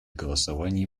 голосовании